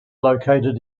located